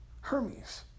Hermes